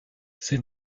ces